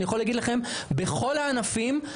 בכל הענפים,